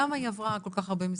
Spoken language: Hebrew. למה היא עברה כל כך הרבה מסגרות,